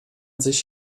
sich